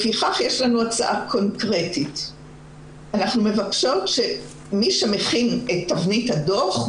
לפיכך יש לנו הצעה קונקרטית ואנחנו מבקשות שמי שמכין את תבנית הדוח,